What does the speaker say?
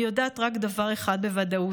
אני יודעת רק דבר אחד בוודאות: